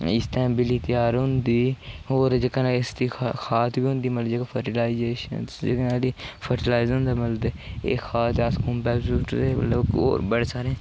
इस नै बिजली त्यार होंदी और जेह्का खाद बी होंदी फर्टीलाइजेशन एह्दे कन्नै न्हाड़ी फर्टीलाइजेशन बनदे एह् खाद आस्तै जेह्ड़ा पैह्ले सु'ट्टदे हे ओह्लै